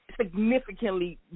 significantly